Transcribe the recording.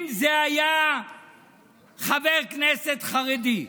אם זה היה חבר כנסת חרדי,